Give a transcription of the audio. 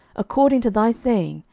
according to thy saying,